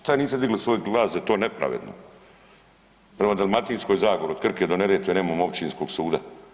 Šta niste digli svoj glas da je to nepravedno prema Dalmatinskoj zagori od Krke do Neretve nemamo općinskog suda.